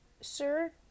Sir